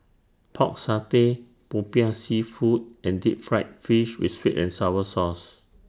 Pork Satay Popiah Seafood and Deep Fried Fish with Sweet and Sour Sauce